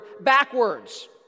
backwards